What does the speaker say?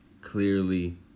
Clearly